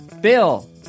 Bill